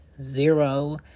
zero